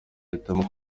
ahitamo